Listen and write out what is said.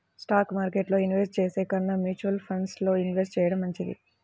stock మార్కెట్టులో invest చేసే కన్నా మ్యూచువల్ ఫండ్స్ లో ఇన్వెస్ట్ చెయ్యడం మంచిది